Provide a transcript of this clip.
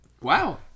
Wow